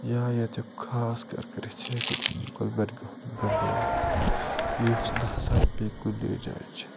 یا ییٚتیُک خاص کر کٔرِتھ ییٚتیُک گُلمَرگہِ ہُند گَنٛڈولہ یُس نہٕ ہسا بیٚیہِ کُنی جایہِ چھِ